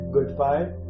Goodbye